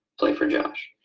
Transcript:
play for josh.